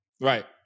Right